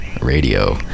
Radio